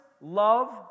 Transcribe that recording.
love